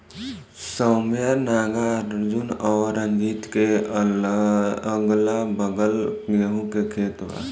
सौम्या नागार्जुन और रंजीत के अगलाबगल गेंहू के खेत बा